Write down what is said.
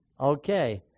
Okay